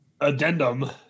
addendum